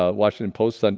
ah washington post, ah